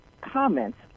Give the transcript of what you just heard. comments